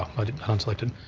i didn't ah un-select it.